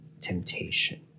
temptation